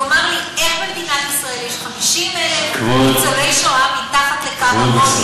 תאמר לי איך במדינת ישראל יש 50,000 ניצולי שואה מתחת לקו העוני.